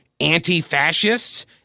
anti-fascists